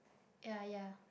ya ya